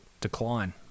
decline